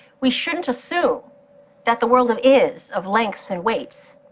we shouldn't assume that the world of is, of lengths and weights,